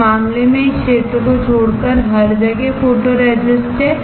इस मामले में इस क्षेत्र को छोड़कर हर जगह फोटोरेसिस्ट है